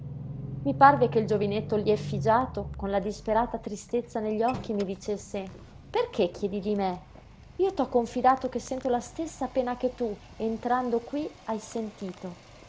i parve che il giovinetto lí effigiato con la disperata tristezza degli occhi mi dicesse perché chiedi di me io t'ho confidato che sento la stessa pena che tu entrando qui hai sentito